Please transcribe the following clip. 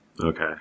Okay